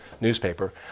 newspaper